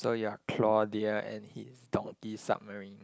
so you're Claudia and he's donkey submarine